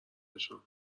نشان